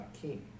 king